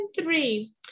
three